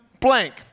blank